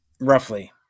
Roughly